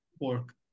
work